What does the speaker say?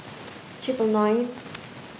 triple nine